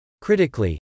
critically